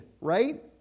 Right